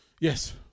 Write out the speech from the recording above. Yes